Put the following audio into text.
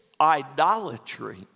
idolatry